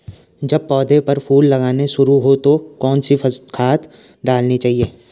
जब पौधें पर फूल लगने शुरू होते हैं तो कौन सी खाद डालनी चाहिए?